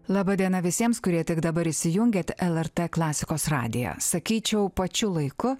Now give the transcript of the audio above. laba diena visiems kurie tik dabar įsijungėt lrt klasikos radiją sakyčiau pačiu laiku